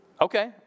Okay